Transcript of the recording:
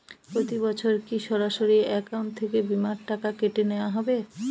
প্রতি বছর কি সরাসরি অ্যাকাউন্ট থেকে বীমার টাকা কেটে নেওয়া হবে?